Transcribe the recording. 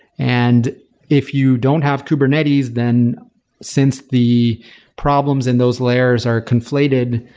and if you don't have kubernetes, then since the problems in those layers are conflated,